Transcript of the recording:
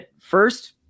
first